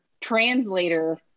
translator